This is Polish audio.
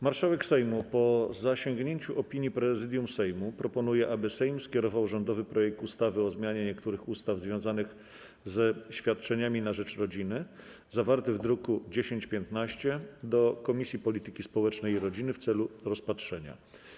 Marszałek Sejmu, po zasięgnięciu opinii Prezydium Sejmu, proponuje, aby Sejm skierował rządowy projekt ustawy o zmianie niektórych ustaw związanych ze świadczeniami na rzecz rodziny, zawarty w druku nr 1015, do Komisji Polityki Społecznej i Rodziny w celu rozpatrzenia.